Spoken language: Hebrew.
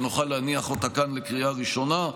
ונוכל להניח אותה כאן לקריאה ראשונה.